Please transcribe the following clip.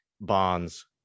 bonds